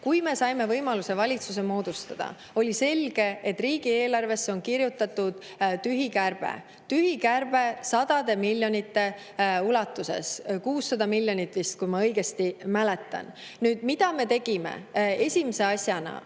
kui me saime võimaluse valitsuse moodustada, oli selge, et riigieelarvesse on kirjutatud tühi kärbe, tühi kärbe sadade miljonite ulatuses, 600 miljonit vist, kui ma õigesti mäletan. Esimese asjana